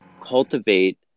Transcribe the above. cultivate